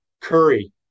curry